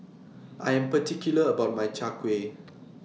I'm particular about My Chai Kueh